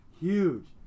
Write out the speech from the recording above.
Huge